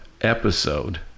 episode